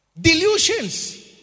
Delusions